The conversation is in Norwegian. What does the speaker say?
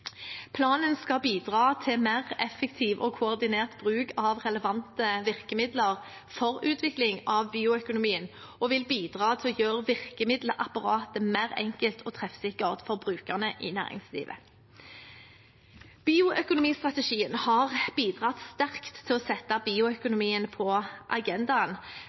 Planen skal bidra til mer effektiv og koordinert bruk av relevante virkemidler for utvikling av bioøkonomien og vil bidra til å gjøre virkemiddelapparatet mer enkelt og treffsikkert for brukerne i næringslivet. Bioøkonomistrategien har bidratt sterkt til å sette bioøkonomien på agendaen